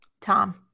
Tom